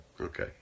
Okay